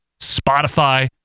Spotify